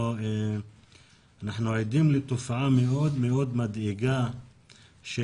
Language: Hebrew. אנחנו עדים לתופעה מאוד מאוד מדאיגה של